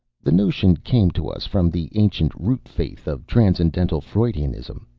the notion came to us from the ancient root-faith of transcendental freudianism.